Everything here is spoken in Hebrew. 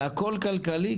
זה הכל ככלכלי?